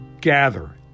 gather